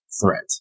threat